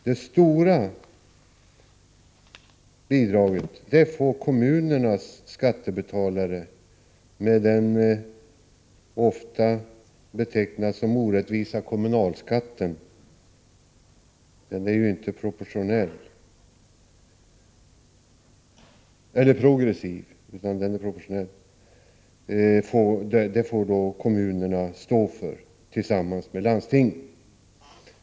Det stora bidraget får kommunernas skattebetalare — med den ofta som orättvis betecknade kommunalskatten; den är ju inte progressiv utan proportionell stå för tillsammans med landstinget.